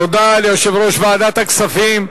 תודה ליושב-ראש ועדת הכספים,